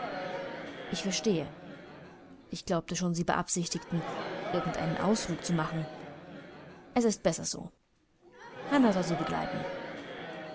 ich verstehe ich glaubte schon sie beabsichtigten irgend einen ausflug zu machen es ist besser so hannah soll sie begleiten